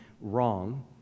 wrong